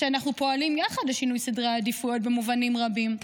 אתה יודע שאנחנו פועלים יחד לשינוי סדרי העדיפויות במובנים רבים.